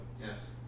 yes